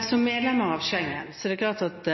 Som medlemmer av Schengen er det klart at